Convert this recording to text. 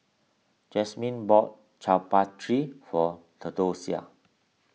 Jasmine bought Chaat Papri for theodosia